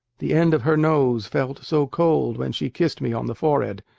the end of her nose felt so cold when she kissed me on the forehead.